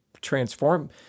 transform